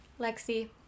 Lexi